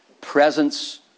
presence